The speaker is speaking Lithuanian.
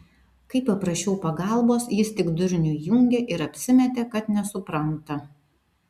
kai paprašiau pagalbos jis tik durnių įjungė ir apsimetė kad nesupranta